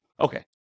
Okay